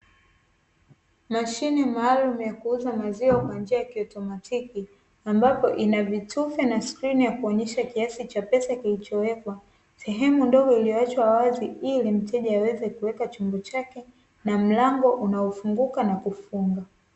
Mashine maalumu kwa ajili ya kuuzia maziwa kwa njia ya kiautomatiki, ambapo ina vitufe na skrini kwa kuonyesha kiasi cha pesa kilichowekwa. sehemu ndogo iliyoachwa wazi ili mteja aweze kuweka chombo chake na mlango unaofunguka na kufunga.